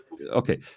Okay